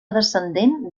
descendent